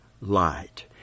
light